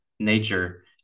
Nature